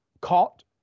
caught